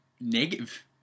negative